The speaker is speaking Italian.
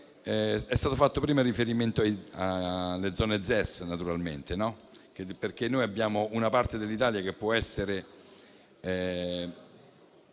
È stato fatto prima riferimento alle zone ZES. Abbiamo infatti una parte dell'Italia che può essere